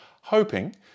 hoping